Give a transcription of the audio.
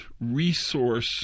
resource